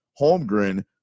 Holmgren